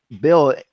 bill